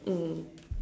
mm